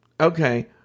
Okay